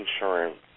insurance